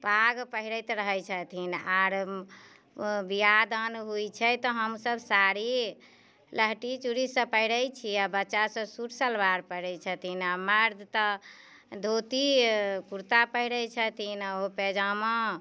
पाग पहिरैत रहै छथिन आर बियाहदान होइ छै तऽ हमसब साड़ी लहठी चूड़ी सब पहिरै छियै बच्चा सब सूट सलवार पहिरै छथिन आ मर्द तऽ धोती कुरता पहिरै छथिन पैजामा